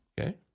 Okay